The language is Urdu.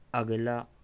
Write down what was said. اگلا